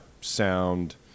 sound